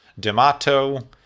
Demato